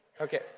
Okay